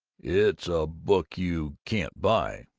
it's a book you can't buy.